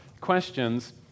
questions